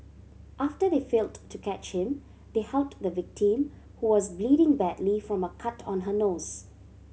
after they failed to catch him they helped the victim who was bleeding badly from a cut on her nose